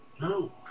No